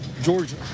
georgia